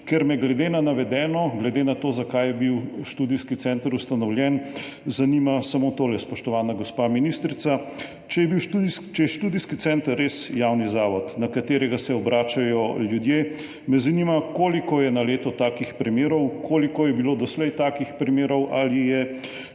me glede na to, zakaj je bil študijski center ustanovljen, zanima samo tole, spoštovana gospa ministrica. Če je Študijski center za narodno spravo res javni zavod, na katerega se obračajo ljudje, me zanima: Koliko je na leto takih primerov? Koliko je bilo doslej takih primerov? Ali je